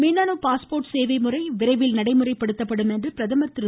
மின்னணு பாஸ்போர்ட் சேவை முறை நடைமுறைப்படுத்தப்படும் என்று பிரதமர் திரு